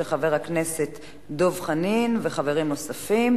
של חבר הכנסת דב חנין וחברים נוספים.